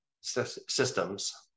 systems